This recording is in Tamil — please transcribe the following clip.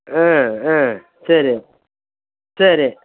ஆ ஆ சரி சரி